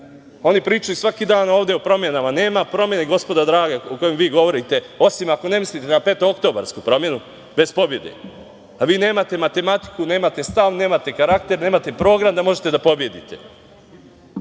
Oni pričaju svaki dan ovde o promenama. Nema promene, gospodo draga, o kojoj vi govorite, osim ako ne mislite na petooktobarsku promenu, bez pobede. A vi nemate matematiku, nemate stav, nemate karakter, nemate program da možete da pobedite.